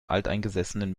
alteingesessenen